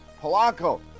polanco